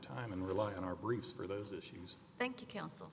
and rely on our briefs for those issues thank you counsel